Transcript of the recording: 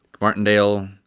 Martindale